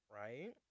right